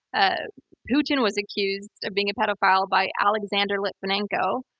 and putin was accused of being a pedophile by alexander litvinenko,